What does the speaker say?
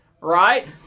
right